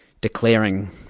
declaring